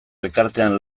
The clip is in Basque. elkartean